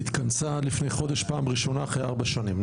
היא התכנסה לפני חודש פעם ראשונה אחרי ארבע שנים,